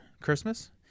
christmas